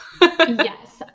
Yes